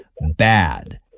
bad